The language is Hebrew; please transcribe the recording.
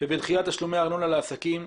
ובדחיית תשלומי ארנונה לעסקים.